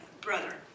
brother